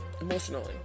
emotionally